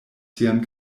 sian